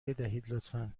لطفا